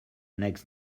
next